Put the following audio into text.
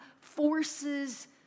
forces